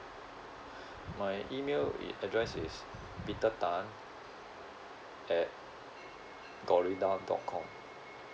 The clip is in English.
my email i~ address is peter tan at gorilla dot com